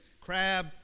crab